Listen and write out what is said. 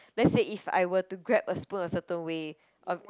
let's say if I were to grab a spoon a certain way a